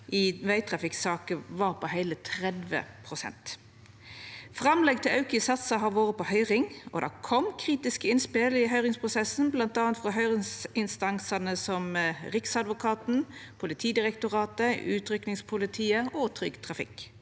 i vegtrafikksaker var på heile 30 pst. Framlegg til auke i satsar har vore på høyring, og det kom kritiske innspel i høyringsprosessen, bl.a. frå høyringsinstansane Riksadvokaten, Politidirektoratet, Utrykkingspolitiet og Trygg Trafikk.